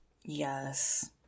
Yes